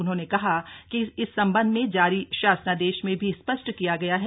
उन्होंने कहा कि इस सम्बन्ध में जारी शासनादेश में भी स्पष्ट किया गया है